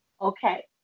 Okay